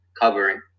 covering